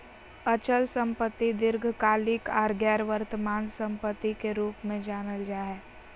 अचल संपत्ति दीर्घकालिक आर गैर वर्तमान सम्पत्ति के रूप मे जानल जा हय